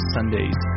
Sundays